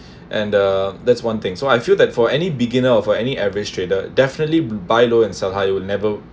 and uh that's one thing so I feel that for any beginner or any average trader definitely buy low and sell high you would never